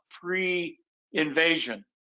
pre-invasion